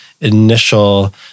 initial